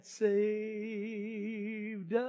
saved